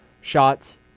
shots